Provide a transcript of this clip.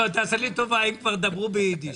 לא, עשה לי טובה, אם כבר דברו באידיש.